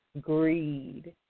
greed